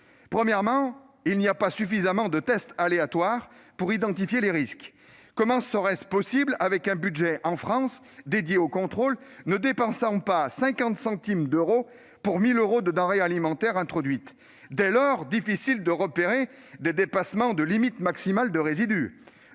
Premièrement, il n'y avait pas suffisamment de tests aléatoires pour identifier les risques ; comment cela serait-il possible, avec un budget dédié aux contrôles ne dépassant pas, en France, 50 centimes pour 1 000 euros de denrées alimentaires introduites ? Difficile, dès lors, de repérer des dépassements de limites maximales de résidus